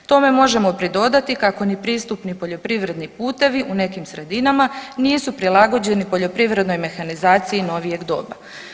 Tome možemo pridodati kako ni pristup, ni poljoprivredni putevi u nekim sredinama nisu prilagođeni poljoprivrednoj mehanizaciji novijeg doba.